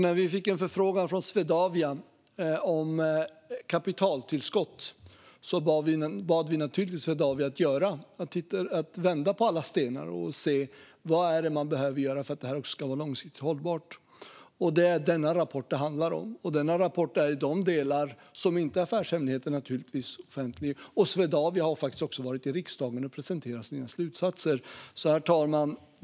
När vi fick en förfrågan från Swedavia om kapitaltillskott bad vi naturligtvis Swedavia att vända på alla stenar och se vad som behöver göras för att få något långsiktigt hållbart. Det är denna rapport det handlar om. Rapporten är i de delar som inte är affärshemligheter offentlig. Swedavia har faktiskt också varit i riksdagen och presenterat sina slutsatser. Herr talman!